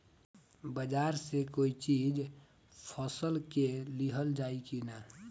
बाजार से कोई चीज फसल के लिहल जाई किना?